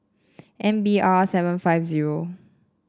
M B R seven five zero